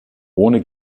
ohne